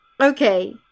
okay